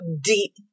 deep